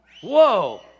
Whoa